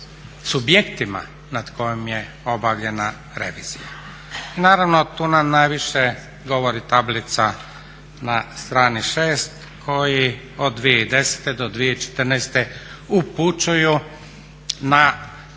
subjektima nad kojima je obavljena revizija. Naravno, tu nam najviše govori tablica na strani 6 koji od 2010. do 2014. upućuju na